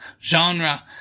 genre